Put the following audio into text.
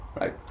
right